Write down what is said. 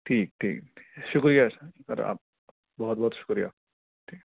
ٹھیک ٹھیک ٹھیک شکریہ سر سر آپ بہت بہت شکریہ ٹھیک